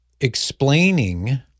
explaining